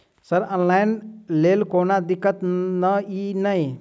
Sir online लैल कोनो दिक्कत न ई नै?